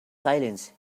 silence